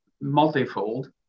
multifold